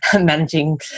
managing